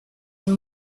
and